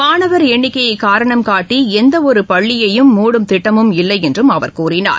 மாணவர் எண்ணிக்கை காரணம் காட்டி எந்தவொரு பள்ளியை மூடும் திட்டமும் இல்லை என்றும் அவர் கூறினார்